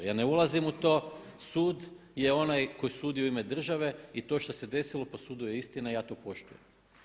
Ja ne ulazim u to, sud je onaj koji sudi u ime države i to što se desilo po sudu je istina i ja to poštujem.